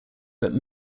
but